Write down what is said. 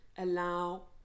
Allow